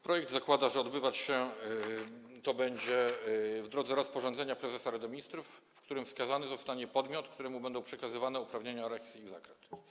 Projekt zakłada, że odbywać się to będzie w drodze rozporządzenia prezesa Rady Ministrów, w którym wskazany zostanie podmiot, któremu będą przekazywane uprawnienia oraz ich zakres.